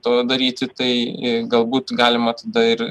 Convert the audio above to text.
to daryti tai galbūt galima tada ir